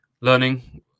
learning